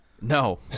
No